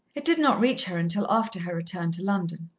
it did not reach her until after her return to london.